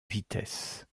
vitesse